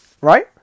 Right